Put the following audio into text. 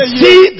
see